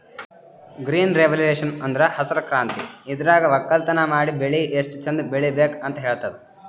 green revolution ಅಂದ್ರ ಹಸ್ರ್ ಕ್ರಾಂತಿ ಇದ್ರಾಗ್ ವಕ್ಕಲತನ್ ಮಾಡಿ ಬೆಳಿ ಎಷ್ಟ್ ಚಂದ್ ಬೆಳಿಬೇಕ್ ಅಂತ್ ಹೇಳ್ತದ್